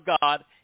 God